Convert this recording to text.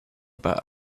about